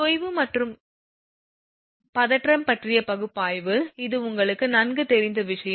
தொய்வு மற்றும் பதற்றம் பற்றிய பகுப்பாய்வு இது உங்களுக்கு நன்கு தெரிந்த விஷயம்